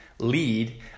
Lead